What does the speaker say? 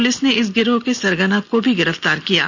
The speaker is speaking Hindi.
पुलिस ने इस गिरोह के सरगना को भी गिरफ्तार कर लिया है